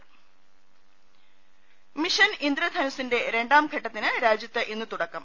ൃാ mission ഇന്ദ്ര ധനുസിന്റെ രണ്ടാം ഘട്ടത്തിന് രാജ്യത്ത് ഇന്ന് തുടക്കം